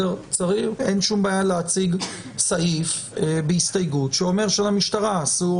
אין שום בעיה להציג סעיף בהסתייגות שאומר שלמשטרה אסור